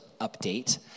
update